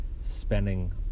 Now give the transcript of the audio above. spending